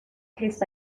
tastes